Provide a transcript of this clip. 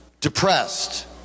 depressed